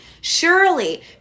surely